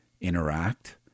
interact